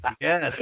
Yes